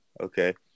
Okay